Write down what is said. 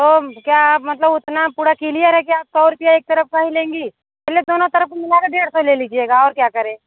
तो क्या मतलब उतना पूरा किलियर है क्या सौ रुपया एक तरफ़ का ही लेंगी चलिए दोनों तरफ़ मिलाके डेढ़ सौ ले लीजिएगा और क्या करें